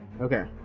okay